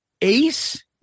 Ace